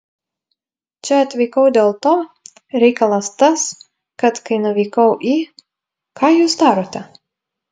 čia atvykau dėl to reikalas tas kad kai nuvykau į ką jūs darote